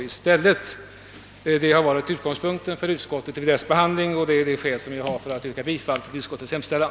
Detta har varit utgångspunkten för utskottet vid dess behandling, och det är skälet till att jag yrkar bifall till utskottets hemställan.